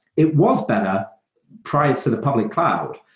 it was better prior to the public cloud.